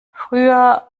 früher